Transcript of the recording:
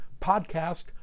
podcast